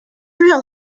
rule